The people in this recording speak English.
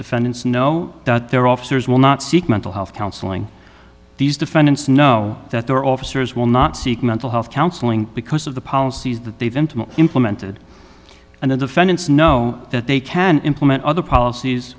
defendants know that their officers will not seek mental health counseling these defendants know that their officers will not seek mental health counseling because of the policies that they've implemented and the defendants know that they can implement other policies